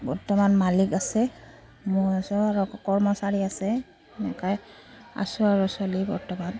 বৰ্তমান মালিক আছে মই আছো কৰ্মচাৰী আছে এনেকৈ আছো আৰু চলি বৰ্তমান